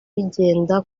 byigenga